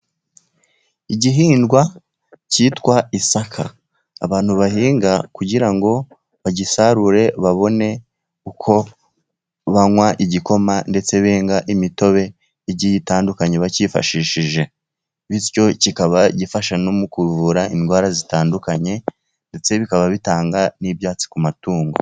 Igihingwa cyitwa isaka abantu bahinga kugira ngo bagisarure babone uko banywa igikoma, ndetse benga imitobe igiye itandukanye bacyifashishije. Bityo kikaba gifasha no mu kuvura indwara zitandukanye, ndetse bikaba bitanga n'ibyatsi ku matungo.